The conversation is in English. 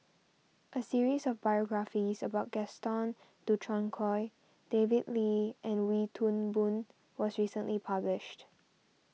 a series of biographies about Gaston Dutronquoy David Lee and Wee Toon Boon was recently published